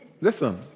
Listen